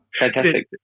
Fantastic